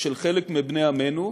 של חלק מבני עמנו,